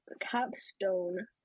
capstone